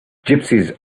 gypsies